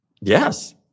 yes